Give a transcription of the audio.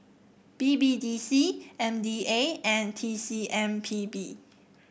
B B D C M D A and T C M P B